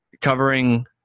covering